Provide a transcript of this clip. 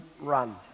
run